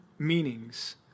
meanings